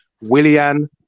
Willian